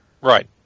Right